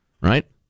Right